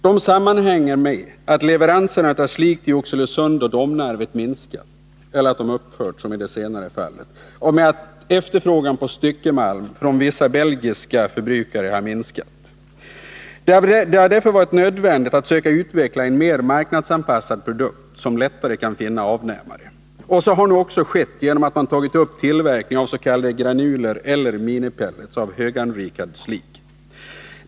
Dessa sammanhänger bl.a. med att leveranserna av slig till Oxelösund och Domnarvet minskat eller upphört och med att efterfrågan på styckemalm från vissa belgiska förbrukare minskat. Det har därför varit nödvändigt att söka utveckla en mer marknadsanpassad produkt som lättare kan finna avnämare. Så har nu skett genom att man tagit upp tillverkning av s.k. granuler eller minipellets av höganrikad slig.